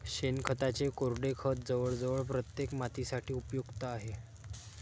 शेणखताचे कोरडे खत जवळजवळ प्रत्येक मातीसाठी उपयुक्त आहे